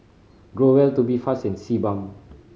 Growell Tubifast and Sebam